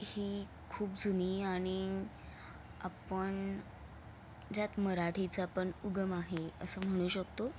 ही खूप जुनी आणि आपण ज्यात मराठीचा पण उगम आहे असं म्हणू शकतो